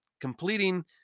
completing